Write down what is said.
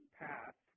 path